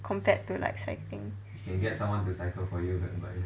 compared to like cycling